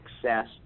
success